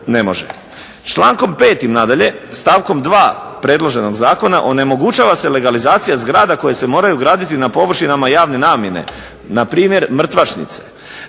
ne može. Člankom 5. nadalje stavkom 2. predloženog zakona onemogućava se legalizacija zgrada koje se moraju graditi na površinama javne namjene, npr. mrtvačnice.